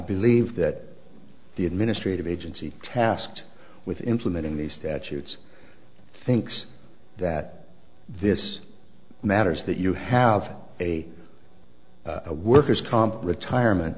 believe that the administrative agency tasked with implementing the statutes thinks that this matters that you have a a worker's comp retirement